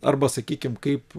arba sakykim kaip